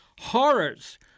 Horrors